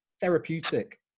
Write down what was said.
therapeutic